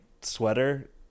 sweater